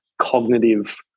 cognitive